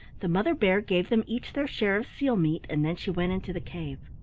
the mother bear gave them each their share of seal meat, and then she went into the cave.